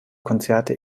konzerte